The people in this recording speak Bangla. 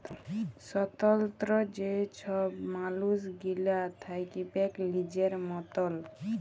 স্বতলত্র যে ছব মালুস গিলা থ্যাকবেক লিজের মতল